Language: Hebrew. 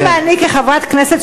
למה אני כחברת כנסת,